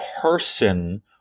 person